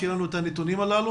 כדי שיהיו לנו את הנתונים הללו.